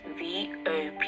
vop